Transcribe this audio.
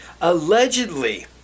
Allegedly